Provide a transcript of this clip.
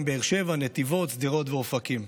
בערים באר-שבע, נתיבות, שדרות ואופקים.